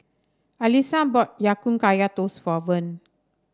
Alysa bought Ya Kun Kaya Toast for Verne